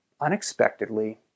unexpectedly